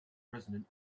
resonant